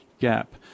gap